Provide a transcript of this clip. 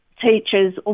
teachers